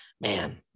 man